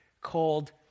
called